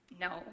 No